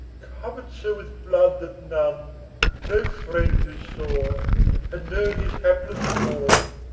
covered so with blood that none no friend who saw had known his hapless form.